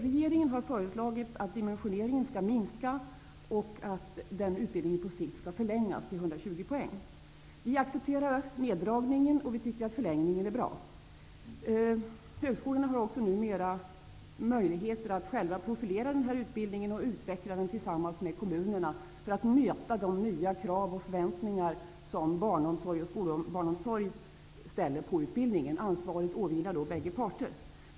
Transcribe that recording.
Regeringen har föreslagit att dimensioneringen av denna utbildning skall minska och att utbildningen på sikt skall förlängas till 120 poäng. Vi accepterar neddragningen, och vi tycker att förlängningen är bra. Högskolorna har numera också möjliheter att själva profilera denna utbildning och utveckla den tillsammans med kommunerna för att möta de nya krav och förväntningar som skolbarnomsorg ställer på utbildningen. Ansvaret vilar på bägge parter.